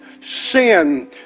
sin